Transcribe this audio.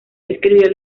escribió